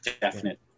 definite